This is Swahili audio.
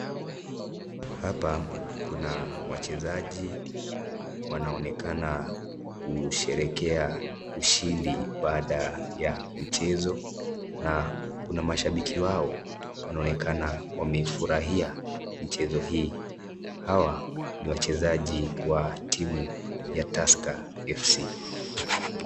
Hapa kuna wachezaji wanaonekana kusherekea ushindi baada ya mchezo na kuna mashabiki wao wanaonekana wamefurahia mchezo hii. Hawa ni wachezaji wa timu ya Tusker fc.